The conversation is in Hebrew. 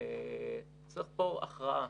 וצריך פה הכרעה